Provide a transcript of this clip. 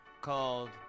called